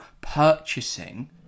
purchasing